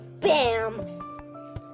Bam